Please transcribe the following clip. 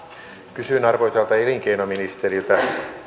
kysyn arvoisalta elinkeinoministeriltä